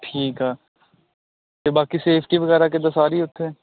ਠੀਕ ਆ ਅਤੇ ਬਾਕੀ ਸੇਫਟੀ ਵਗੈਰਾ ਕਿੱਦਾਂ ਸਾਰੀ ਉੱਥੇ